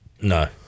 No